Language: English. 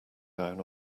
down